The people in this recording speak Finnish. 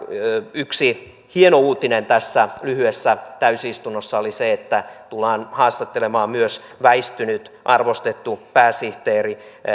yksi hieno uutinen tässä lyhyessä täysistunnossa oli se että tullaan haastattelemaan myös väistynyt arvostettu pääsihteeri